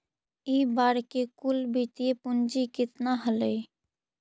इ बार के कुल वित्तीय पूंजी केतना हलइ?